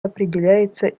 определяется